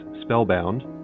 Spellbound